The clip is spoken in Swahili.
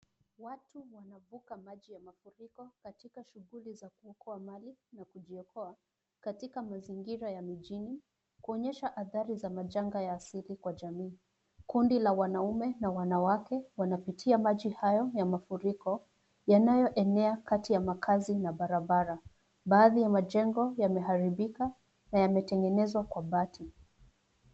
Watu wanavuka maji ya mafuriko katika shughuli za kuokoa mali na kujiokoa katika mazingira ya mijini, kuonyesha adhari za majanga ya asili kwa jamii. Kundi la wanaume na wanawake wanapitia maji hayo ya mafuriko yanayoenea kati ya makazi na barabara. Baadhi ya majengo yameharibika na yametengenezwa kwa bati.